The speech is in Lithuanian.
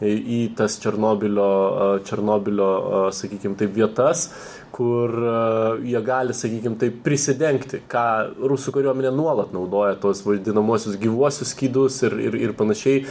į tas černobylio černobylio sakykim taip vietas kur jie gali sakykim taip prisidengti ką rusų kariuomenė nuolat naudoja tuos vadinamuosius gyvuosius skydus ir ir ir panašiai